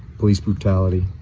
police brutality,